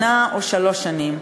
שנה או שלוש שנים.